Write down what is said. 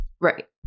Right